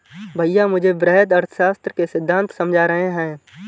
भैया मुझे वृहत अर्थशास्त्र के सिद्धांत समझा रहे हैं